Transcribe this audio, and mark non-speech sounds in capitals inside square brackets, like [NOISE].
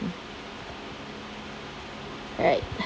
alright [BREATH]